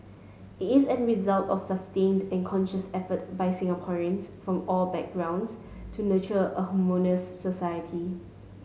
it is an result of sustained and conscious effort by Singaporeans from all backgrounds to nurture a harmonious society